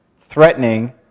threatening